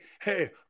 hey